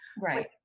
Right